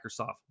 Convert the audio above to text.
Microsoft